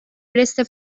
reste